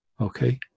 okay